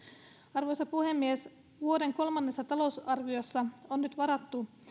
arvoisa puhemies vuoden kolmannessa lisätalousarviossa on nyt varattu